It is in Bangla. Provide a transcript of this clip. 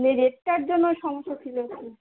এই রেটটার জন্য সমস্যা ছিল একটু